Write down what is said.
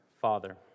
Father